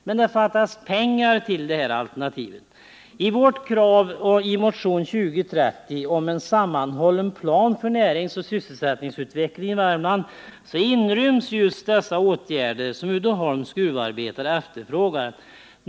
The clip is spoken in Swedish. Men det fattas pengar till detta. I vårt krav i motionen 2030 på en sammanhållen plan för näringsoch sysselsättningsutvecklingen i Värmland inryms just de åtgärder som Uddeholms gruvarbetare efterfrågar.